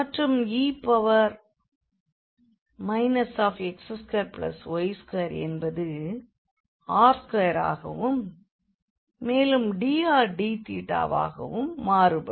மற்றும் e x2y2 என்பது r2ஆகவும் மேலும் dr dθவாகவும் மாறுபடும்